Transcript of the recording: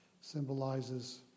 symbolizes